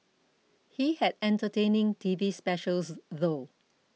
he had entertaining T V specials though